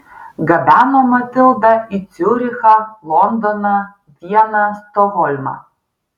gabeno matildą į ciurichą londoną vieną stokholmą